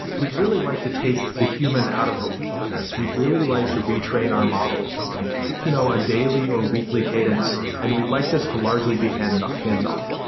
we'd really like to take the human out of the loop for this. we'd really like to retrain our models on you know a daily or weekly cadence and we'd like this to large be hands hands off.